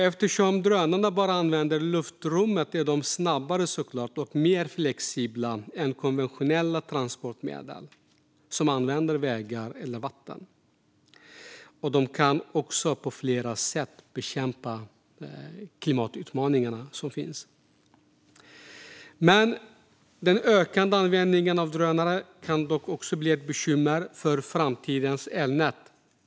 Eftersom drönarna bara använder luftrummet är de snabbare och mer flexibla än konventionella transportmedel som använder vägar eller vatten. De kan också på flera sätt bekämpa de klimatutmaningar som finns. Den ökande användningen av drönare kan dock bli ett bekymmer för framtidens elnät.